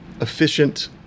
efficient